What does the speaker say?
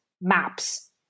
maps